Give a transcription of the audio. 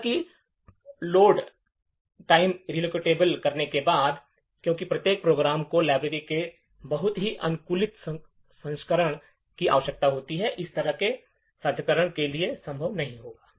हालाँकि लोड समय स्थानांतरित करने के साथ क्योंकि प्रत्येक प्रोग्राम को लाइब्रेरी के एक बहुत ही अनुकूलित संस्करण की आवश्यकता होती है इस तरह के साझाकरण के लिए संभव नहीं होगा